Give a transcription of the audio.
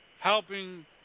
helping